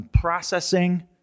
processing